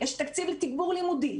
יש תקציב לתגבור לימודי,